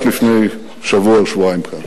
אמרתי את זה רק לפני שבוע או שבועיים כאן,